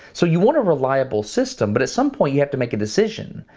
so you want a reliable system, but at some point, you have to make a decision.